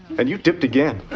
and you dipped again